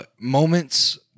moments